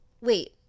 Wait